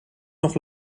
nog